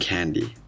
Candy